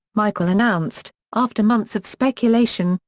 michael announced, after months of speculation,